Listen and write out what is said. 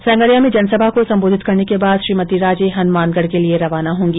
संगरिया में जनसभा को संबोधित करने के बाद श्रीमती राजे हनुमानगढ़ के लिए रवाना होंगी